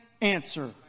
answer